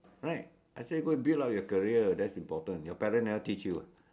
right I said go and build up your career that's important your parent never teach you ah